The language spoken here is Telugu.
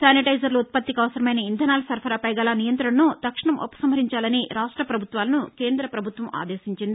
శానిటైజర్ల ఉత్పత్తికి అవసరమైన ఇధనాల్ సరఫరా పై గల నియంత్రణలను తక్షణం ఉపసంహరించాలని రాష్ట పభుత్వాలను కేంద్ర పభుత్వం ఆదేశించింది